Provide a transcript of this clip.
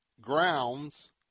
grounds